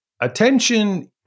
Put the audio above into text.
attention